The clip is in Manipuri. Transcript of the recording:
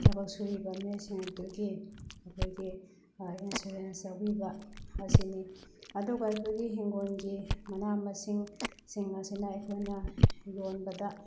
ꯊꯕꯛ ꯁꯨꯔꯤꯕ ꯃꯤꯑꯣꯏꯁꯤꯡ ꯑꯗꯨꯒꯤ ꯑꯩꯈꯣꯏꯒꯤ ꯏꯟꯁꯨꯔꯦꯟꯁ ꯌꯥꯎꯕꯤꯕ ꯑꯁꯤꯅꯤ ꯑꯗꯨꯒ ꯑꯩꯈꯣꯏꯒꯤ ꯏꯪꯈꯣꯜꯒꯤ ꯃꯅꯥ ꯃꯁꯤꯡ ꯁꯤꯡ ꯑꯁꯤꯅ ꯑꯩꯈꯣꯏꯅ ꯌꯣꯟꯕꯗ